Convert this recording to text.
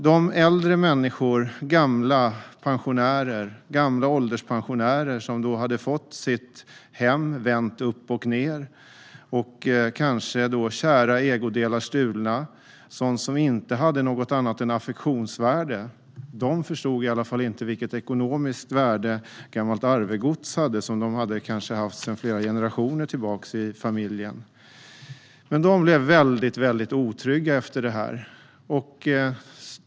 De äldre människor och ålderspensionärer som hade fått sitt hem uppochnedvänt och kära ägodelar - sådant som inte hade annat än affektionsvärde - stulna förstod inte vilket ekonomiskt värde som gammalt arvegods hade, ägodelar som familjen kanske hade ägt sedan generationer tillbaka. Dessa äldre blev väldigt otrygga efter det här.